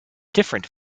different